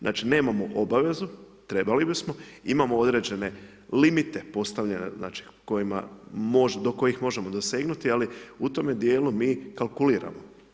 Znači nemamo obavezu, trebali bismo, imamo određene limite postavljene, kojima može, do kojih možemo dosegnuti, ali u tome dijelu mi kalkuliramo.